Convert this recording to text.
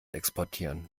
exportieren